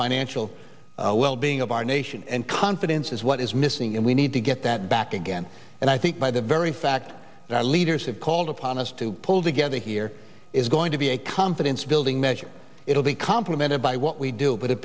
financial wellbeing of our nation and confidence is what is missing and we need to get that back again and i think by the very fact that leaders have called upon us to pull together here is going to be a confidence building measure it will be complemented by what we do but it